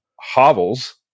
hovels